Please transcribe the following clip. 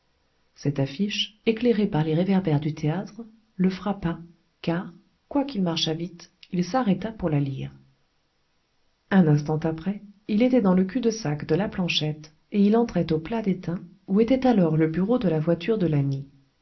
cette affiche éclairée par les réverbères du théâtre le frappa car quoiqu'il marchât vite il s'arrêta pour la lire un instant après il était dans le cul-de-sac de la planchette et il entrait au plat d'étain où était alors le bureau de la voiture de